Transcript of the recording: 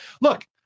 Look